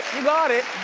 got it.